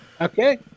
Okay